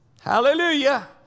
Hallelujah